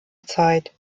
zeit